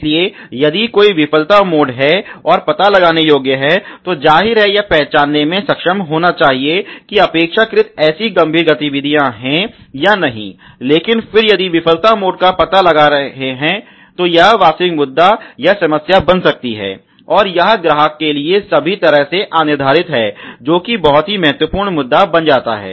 इसलिए यदि कोई विफलता मोड है और पता लगाने योग्य है तो जाहिर है जो यह पहचानने में सक्षम होना चाहिए कि अपेक्षाकृत ऐसी गंभीर गतिविधियां हैं या नहीं लेकिन फिर यदि विफलता मोड का पता लगा रहे हैं तो यह वास्तविक मुद्दा या समस्या बन सकती है और यह ग्राहक के लिए सभी तरह से अनिर्धारित है जो एक बहुत ही महत्वपूर्ण मुद्दा बन जाता है